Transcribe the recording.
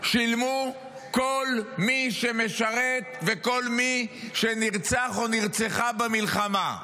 שילמו כל מי שמשרת וכל מי שנרצח או נרצחה במלחמה.